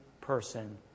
person